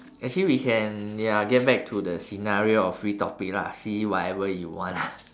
actually we can ya get back to the scenario of free topic lah see whatever you want ah